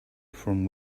from